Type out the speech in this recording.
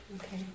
okay